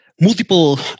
multiple